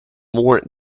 warrant